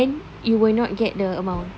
then you will not get the amount